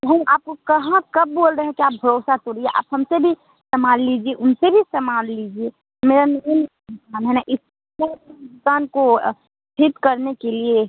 नहीं आपको कहाँ कब बोल रहे हैं कि आप भरोसा तोड़िए आप हमसे भी समान लीजिए उनसे भी समान लीजिए मेरा नया नया दुकान है न इससे दुकान को ठीक करने के लिए